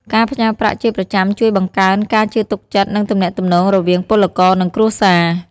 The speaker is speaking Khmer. ការផ្ញើប្រាក់ជាប្រចាំជួយបង្កើនការជឿទុកចិត្ត និងទំនាក់ទំនងរវាងពលករ និងគ្រួសារ។